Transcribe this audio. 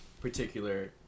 particular